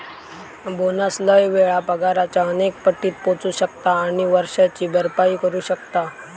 bonus लय वेळा पगाराच्या अनेक पटीत पोचू शकता आणि वर्षाची भरपाई करू शकता